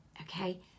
Okay